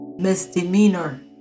misdemeanor